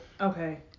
Okay